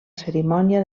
cerimònia